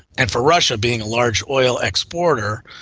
and for russia, being a large oil exporter,